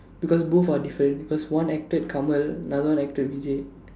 because both are different because one acted Kamal another one acted Vijay